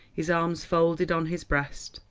his arms folded on his breast,